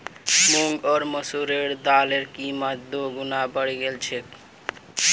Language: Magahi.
मूंग आर मसूरेर दालेर कीमत दी गुना बढ़े गेल छेक